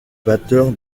batteur